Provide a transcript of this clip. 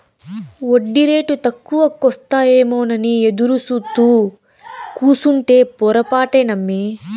ఒడ్డీరేటు తక్కువకొస్తాయేమోనని ఎదురుసూత్తూ కూసుంటే పొరపాటే నమ్మి